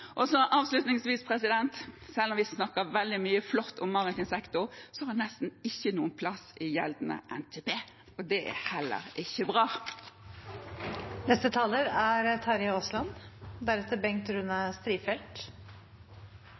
Avslutningsvis: Selv om vi sier veldig mye flott om maritim sektor, har den nesten ingen plass i gjeldende NTP. Det er heller ikke